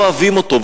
לא אוהבים אותו,